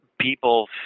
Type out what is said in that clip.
People